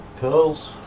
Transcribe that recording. Curls